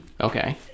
Okay